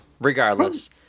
regardless